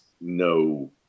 no